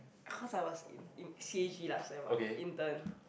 cause I was in in c_h_g last time what intern